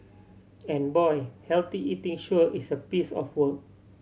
and boy healthy eating sure is a piece of work